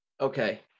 Okay